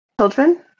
children